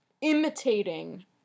imitating